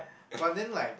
but then like